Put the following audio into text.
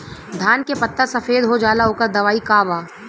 धान के पत्ता सफेद हो जाला ओकर दवाई का बा?